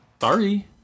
Sorry